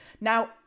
Now